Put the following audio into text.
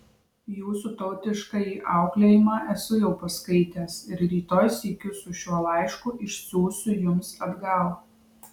jūsų tautiškąjį auklėjimą esu jau paskaitęs ir rytoj sykiu su šiuo laišku išsiųsiu jums atgal